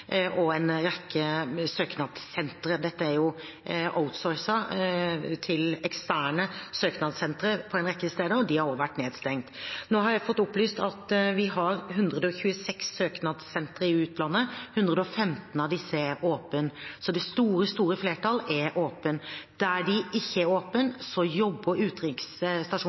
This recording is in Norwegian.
og en rekke søknadssentre – dette er jo outsourcet til eksterne søknadssentre på en rekke steder – har også vært nedstengt. Nå har jeg fått opplyst at vi har 126 søknadssentre i utlandet, og 115 av disse er åpne, så det store flertallet er åpne. Der det ikke er åpent, jobber